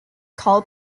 call